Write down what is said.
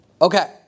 Okay